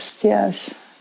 yes